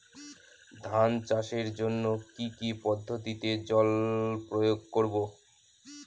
ধান চাষের জন্যে কি কী পদ্ধতিতে জল প্রয়োগ করব?